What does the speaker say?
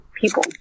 people